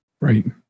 Right